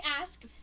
ask